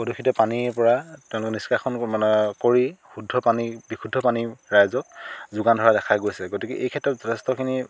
প্ৰদূষিত পানীৰ পৰা তেওঁলোকে নিষ্কাশন মানে কৰি শুদ্ধ পানী বিশুদ্ধ পানী ৰাইজক যোগান ধৰা দেখা গৈছে গতিকে এই ক্ষেত্ৰত যথেষ্টখিনি